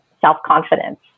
self-confidence